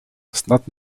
snad